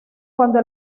cuando